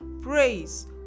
praise